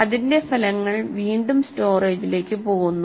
അതിന്റെ ഫലങ്ങൾ വീണ്ടും സ്റ്റോറേജിലേക്കു പോകുന്നു